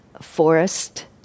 forest